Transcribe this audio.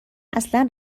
اصلا